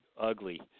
ugly